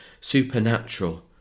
supernatural